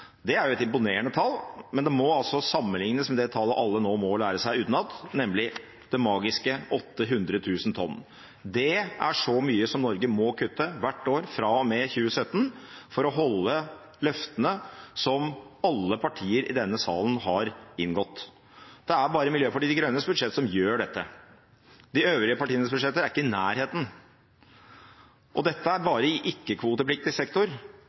Det er jo et imponerende tall, men det må sammenlignes med det tallet alle nå må lære seg utenat, nemlig det magiske 800 000 tonn. Det er så mye som Norge må kutte hvert år fra og med 2017 for å holde løftene som alle partier i denne salen har inngått. Det er bare budsjettet til Miljøpartiet De Grønne som gjør dette. De øvrige partienes budsjett er ikke i nærheten. Og dette er bare i ikke-kvotepliktig sektor.